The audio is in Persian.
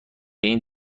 این